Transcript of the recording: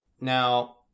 Now